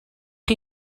chi